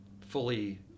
fully